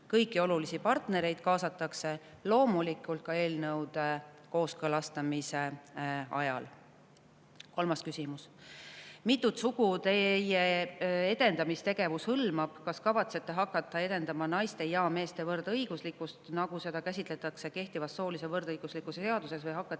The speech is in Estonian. Kõiki olulisi partnereid kaasatakse loomulikult ka eelnõude kooskõlastamise ajal. Kolmas küsimus. Mitut sugu teie edendamistegevus hõlmab? Kas kavatsete hakata edendama naiste ja meeste võrdõiguslikkust, nagu seda käsitletakse kehtivas soolise võrdõiguslikkuse seaduses, või hakkate